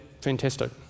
Fantastic